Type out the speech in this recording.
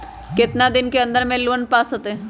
कितना दिन के अन्दर में लोन पास होत?